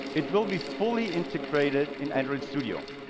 it will be fully integrated in android studio.